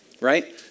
right